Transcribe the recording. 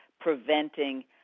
preventing